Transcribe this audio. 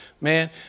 man